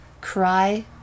cry